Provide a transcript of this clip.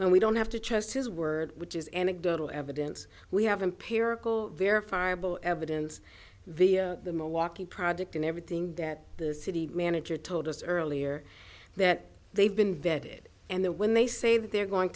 and we don't have to trust his word which is anecdotal evidence we have empirical verifiable evidence via the more walking project and everything that the city manager told us earlier that they've been vetted and the when they say that they're going